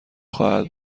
خواهد